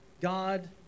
God